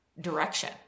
direction